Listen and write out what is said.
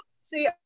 See